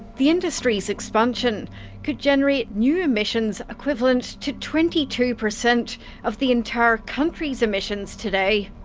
the industry's expansion could generate new emissions equivalent to twenty two per cent of the entire country's emissions today.